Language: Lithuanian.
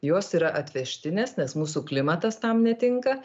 jos yra atvežtinės nes mūsų klimatas tam netinka